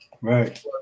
Right